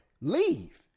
leave